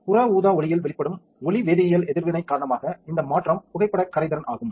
புற ஊதா ஒளியில் வெளிப்படும் ஒளி வேதியியல் எதிர்வினை காரணமாக இந்த மாற்றம் புகைப்படக் கரைதிறன் ஆகும்